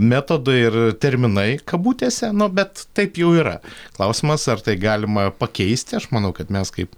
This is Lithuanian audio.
metodai ir terminai kabutėse nu bet taip jau yra klausimas ar tai galima pakeisti aš manau kad mes kaip